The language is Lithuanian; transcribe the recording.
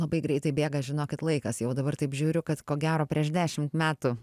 labai greitai bėga žinokit laikas jau dabar taip žiūriu kad ko gero prieš dešimt metų